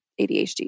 ADHD